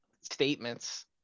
statements